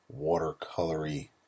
watercolory